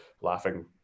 laughing